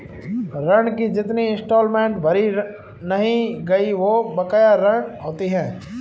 ऋण की जितनी इंस्टॉलमेंट भरी नहीं गयी वो बकाया ऋण होती है